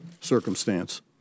circumstance